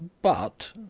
but,